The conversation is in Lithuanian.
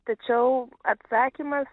tačiau atsakymas